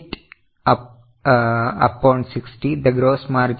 So 28 upon 60 the gross margin is 46